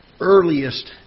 earliest